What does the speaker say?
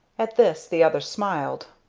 at this the other smiled.